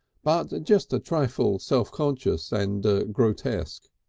but just a trifle self-conscious and ah grotesque.